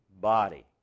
body